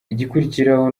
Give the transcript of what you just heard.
igikurikiraho